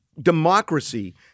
democracy